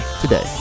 today